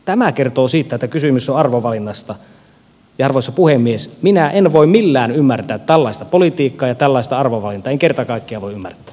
tämä kertoo siitä että kysymys on arvovalinnasta ja arvoisa puhemies minä en voi millään ymmärtää tällaista politiikkaa ja tällaista arvovalintaa en kerta kaikkiaan voi ymmärtää